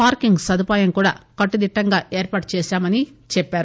parking సదుపాయం కూడా కట్టుదిట్టంగా ఏర్పాట్లు చేశామని చెప్పారు